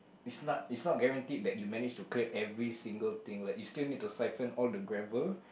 is not is not guaranteed that you manage to clear every single thing like you still need to siphon the gravel